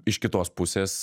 iš kitos pusės